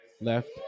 Left